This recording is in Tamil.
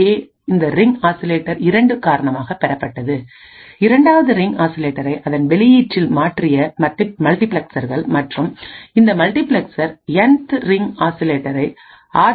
ஏ இந்த ரிங் ஆசிலேட்டர் 2 காரணமாகவும் பெறப்பட்டது இரண்டாவது ரிங் ஆசிலேட்டரை அதன் வெளியீட்டில் மாற்றிய மல்டிபிளெக்சர்கள் மற்றும் இந்த மல்டிபிளெக்சர் என் ரிங் ஆசிலேட்டரை ஆர்